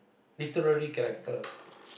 literary character